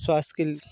स्वास्थय केंद्र